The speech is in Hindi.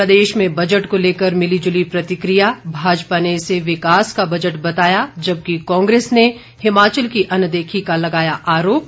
प्रदेश में बजट को लेकर मिली जुली प्रतिक्रिया भाजपा ने इसे विकास का बजट बताया जबकि कांग्रेस ने हिमाचल की अनदेखी का लगाया आरोप